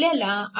हे सोडवा